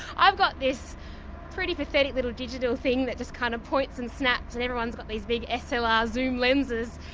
i've got this pretty pathetic little digital thing that just kind of points and snaps, and everybody's got these big slr ah so ah zoom lenses.